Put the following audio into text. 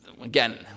Again